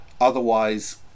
Otherwise